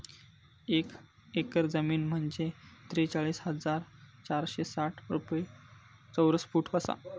एक एकर जमीन म्हंजे त्रेचाळीस हजार पाचशे साठ चौरस फूट आसा